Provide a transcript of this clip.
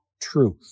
truth